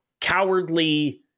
cowardly